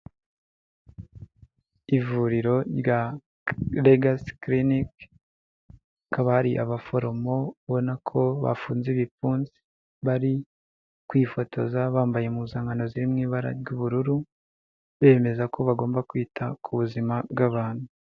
Ivuriro rya Regasi kirinike hakaba hari abaforomo ubona ko bafunze ibipfunsi, bari kwifotoza bambaye impuzankano ziri mu ibara ry'ubururu bemeza ko bagomba kwita ku buzima bw'abantu.